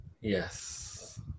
Yes